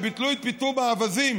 כשביטלו את פיטום האווזים,